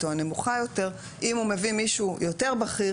או הנמוכה יותר ואם הוא מביא מישהו יותר בכיר